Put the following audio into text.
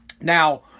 Now